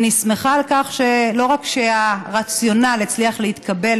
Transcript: אני שמחה לא רק על כך שהרציונל הצליח להתקבל